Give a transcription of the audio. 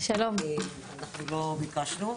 אנחנו לא ביקשנו.